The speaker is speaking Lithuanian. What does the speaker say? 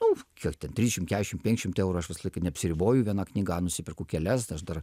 nu kiek ten trisdešimt keturiasdešimt penkiasdešimt eurų aš visą laiką neapsiriboju viena knyga o nusiperku kelias aš dar